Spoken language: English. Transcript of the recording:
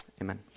Amen